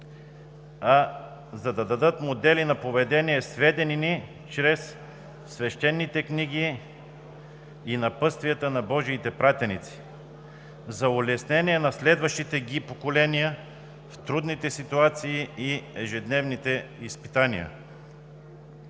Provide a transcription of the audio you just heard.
а за да дадат модели на поведение, сведени ни чрез свещените книги и напътствията на божиите пратеници за улеснение на следващите ги поколения в трудните ситуации и ежедневните изпитания.